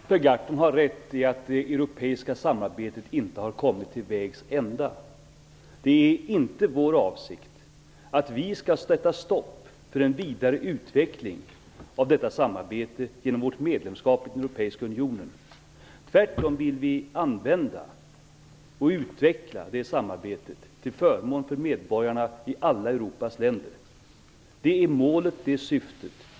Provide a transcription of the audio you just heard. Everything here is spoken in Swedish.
Fru talman! Per Gahrton har rätt i att det europeiska samarbetet inte har kommit till vägs ände. Det är inte vår avsikt att vi skall sätta stopp för en vidare utveckling av detta samarbete genom vårt medlemskap i den europeiska unionen. Vi vill tvärtom använda och utveckla det samarbetet till förmån för medborgarna i alla Europas länder. Det är målet och syftet.